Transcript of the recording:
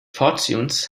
fortunes